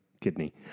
kidney